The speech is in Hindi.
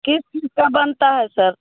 किस चीज का बनता है सर